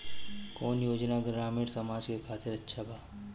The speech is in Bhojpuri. कौन योजना ग्रामीण समाज के खातिर अच्छा बा?